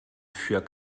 für